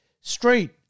street